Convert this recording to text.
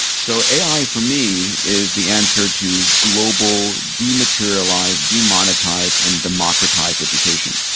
so, ai for me, is the answer to global dematerialized, demonetized, and democratized education.